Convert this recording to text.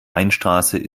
weinstraße